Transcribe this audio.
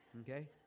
Okay